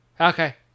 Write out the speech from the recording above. Okay